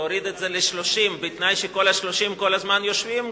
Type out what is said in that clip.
להוריד את זה ל-30 בתנאי שכל ה-30 כל הזמן יושבים,